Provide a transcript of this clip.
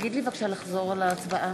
נא לחזור על ההצבעה.